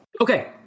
Okay